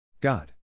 God